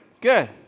Good